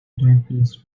darkness